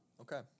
Okay